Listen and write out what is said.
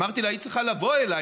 אמרתי לה: היית צריכה לבוא אליי,